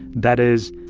that is,